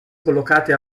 collocate